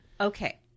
okay